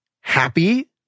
happy